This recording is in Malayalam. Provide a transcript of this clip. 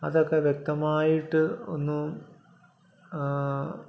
അതൊക്കെ വ്യക്തമായിട്ട് ഒന്ന്